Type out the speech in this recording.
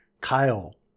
Kyle